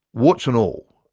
warts and all,